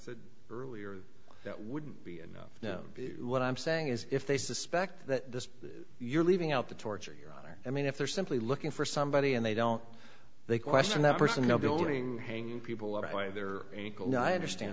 said earlier that wouldn't be enough no what i'm saying is if they suspect that this you're leaving out the torture your honor i mean if they're simply looking for somebody and they don't they question that person no building hanging people out either no i understand